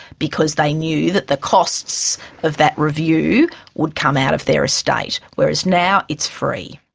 because they knew that the costs of that review would come out of their estate. whereas now it's free.